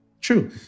true